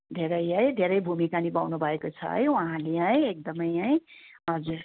धेरै है धेरै भुमिका निभाउनु भएको छ है उहाँले है एकदमै है हजुर